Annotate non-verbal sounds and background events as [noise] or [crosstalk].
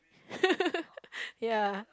[laughs] ya